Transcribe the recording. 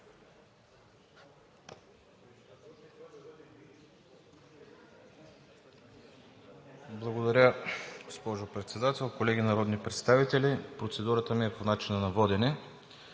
Благодаря, госпожо Председател. Колеги народни представители! Процедурата ми е по начина на водене.